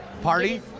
party